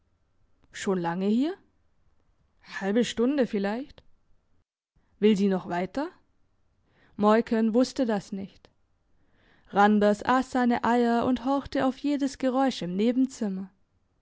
schon lange hier halbe stunde vielleicht will sie noch weiter moiken wusste das nicht randers ass seine eier und horchte auf jedes geräusch im nebenzimmer